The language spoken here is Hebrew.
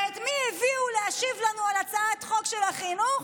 ואת מי הביאו להשיב לנו על הצעת החוק של החינוך?